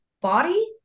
body